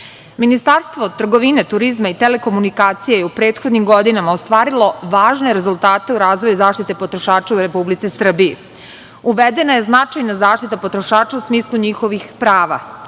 potrošača. Ministarstvo trgovine, turizma i telekomunikacija je u prethodnim godinama ostvarilo važne rezultate u razvoju zaštite potrošača u Republici Srbiji. Uvedena je značajna zaštita potrošača u smislu njihovih prava.